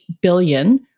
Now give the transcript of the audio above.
billion